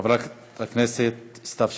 חברת הכנסת סתיו שפיר.